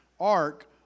ark